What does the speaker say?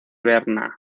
berna